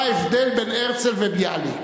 בבית-הספר, מה ההבדל בין הרצל לביאליק,